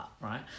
right